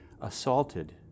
assaulted